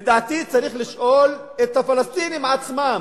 לדעתי צריך לשאול את הפלסטינים עצמם,